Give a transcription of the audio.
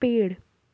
पेड़